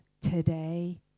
today